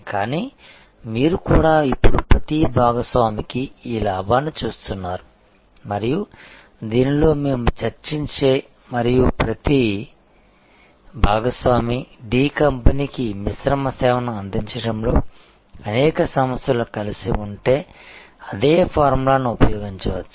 కానీ మీరు కూడా ఇప్పుడు ప్రతి భాగస్వామికి ఈ లాభాన్ని చూస్తున్నారు మరియు దీనిలో మేము చర్చించే మరియు ప్రతి భాగస్వామి డి కంపెనీకి మిశ్రమ సేవను అందించడంలో అనేక సంస్థలు కలిసి ఉంటే అదే ఫార్ములాను ఉపయోగించవచ్చు